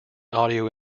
audio